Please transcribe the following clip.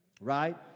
right